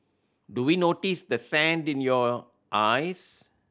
do we notice the sand in your eyes